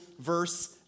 verse